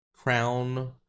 crown